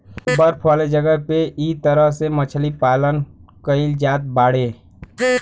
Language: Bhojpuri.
बर्फ वाला जगह पे इ तरह से मछरी पालन कईल जात बाड़े